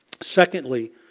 Secondly